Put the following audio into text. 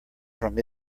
from